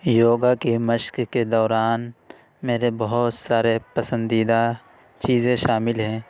یوگا کے مشق کے دوران میرے بہت سارے پسندیدہ چیزیں شامل ہیں